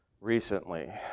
recently